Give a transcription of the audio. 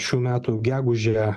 šių metų gegužę